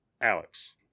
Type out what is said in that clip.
Alex